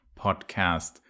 podcast